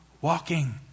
walking